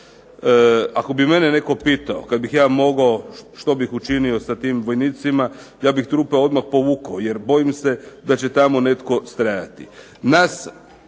Ako bi mene netko pitao kad bih ja mogao što bih učinio sa tim vojnicima ja bih trupe odmah povukao jer bojim se da će tamo netko stradati.